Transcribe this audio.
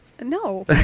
No